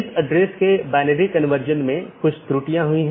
3 अधिसूचना तब होती है जब किसी त्रुटि का पता चलता है